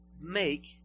make